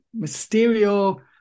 Mysterio